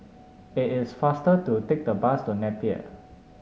it is faster to take the bus to Napier